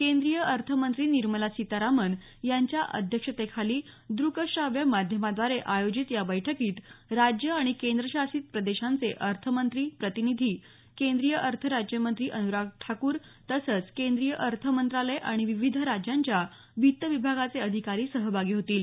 केंद्रीय अर्थमंत्री निर्मला सीतारामण यांच्या अध्यक्षतेखाली द्रक श्राव्य माध्यमाद्वारे आयोजित या बैठकीत राज्यं आणि केंद्रशासित प्रदेशांचे अर्थमंत्री प्रतिनिधी केंद्रीय अर्थराज्यमंत्री अन्राग ठाकूर तसंच केंद्रीय अर्थमंत्रालय आणि विविध राज्यांच्या वित्त विभागाचे अधिकारी सहभागी होतील